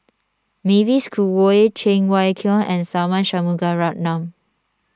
Mavis Khoo Oei Cheng Wai Keung and Tharman Shanmugaratnam